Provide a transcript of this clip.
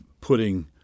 putting